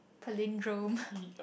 palindrome